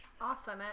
awesome